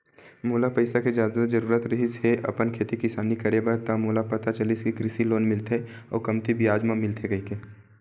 मोला पइसा के जादा जरुरत रिहिस हे अपन खेती किसानी करे बर त मोला पता चलिस कि कृषि लोन मिलथे अउ कमती बियाज म मिलथे कहिके